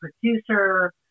producer